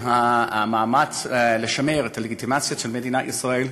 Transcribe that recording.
למאמץ לשמר את הלגיטימציה של מדינת ישראל.